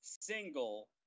single